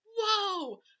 whoa